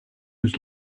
was